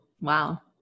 wow